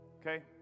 Okay